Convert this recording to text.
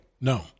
No